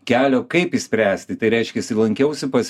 kelio kaip išspręsti tai reiškiasi lankiausi pas